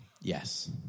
yes